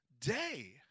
day